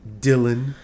Dylan